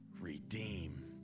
redeem